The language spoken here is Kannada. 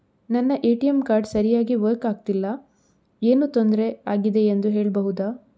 ನನ್ನ ಎ.ಟಿ.ಎಂ ಕಾರ್ಡ್ ಸರಿಯಾಗಿ ವರ್ಕ್ ಆಗುತ್ತಿಲ್ಲ, ಏನು ತೊಂದ್ರೆ ಆಗಿದೆಯೆಂದು ಹೇಳ್ಬಹುದಾ?